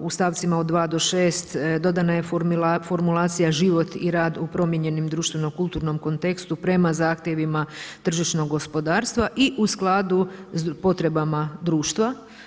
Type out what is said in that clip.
u stavcima 2. do 6. dodana je formulacija život i rad u promijenjenim društveno kulturnom kontekstu prema zahtjevima tržišnog gospodarstva i u skladu s potrebama društva.